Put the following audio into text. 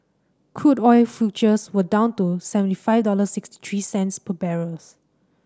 crude oil futures were down to seventy five dollars sixty three cents per barrels